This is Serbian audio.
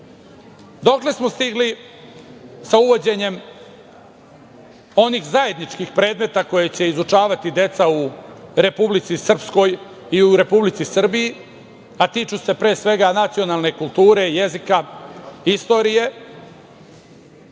dokle smo stigli sa uvođenjem onih zajedničkih predmeta koje će izučavati deca u Republici Srpskoj i u Republici Srbiji a tiču se pre svega nacionalne kulture, jezika, istorije